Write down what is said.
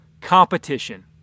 competition